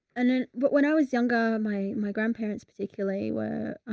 and then but when i was younger, my, my grandparents particularly were,